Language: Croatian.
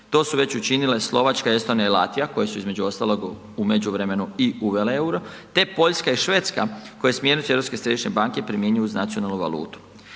To su već učinile Slovačka, Estonija i Latvija koje su između ostalog u međuvremenu i uvele euro te Poljska i Švedska koje smjernicu Europske središnje banke primjenjuju uz nacionalnu valutu.